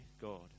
God